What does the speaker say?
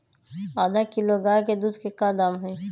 आधा किलो गाय के दूध के का दाम होई?